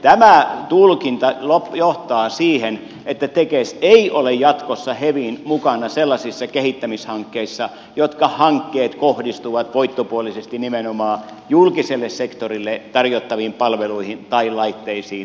tämä tulkinta johtaa siihen että tekes ei ole jatkossa hevin mukana sellaisissa kehittämishankkeissa jotka hankkeet kohdistuvat voittopuolisesti nimenomaan julkiselle sektorille tarjottaviin palveluihin tai laitteisiin tai vempaimiin